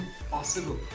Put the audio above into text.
impossible